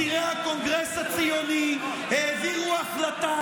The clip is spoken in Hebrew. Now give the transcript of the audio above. מצירי הקונגרס הציוני העבירו החלטה